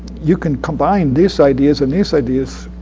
you can combine these ideas and these ideas,